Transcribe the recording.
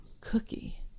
Cookie